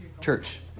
Church